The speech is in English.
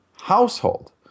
household